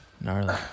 Gnarly